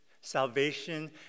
Salvation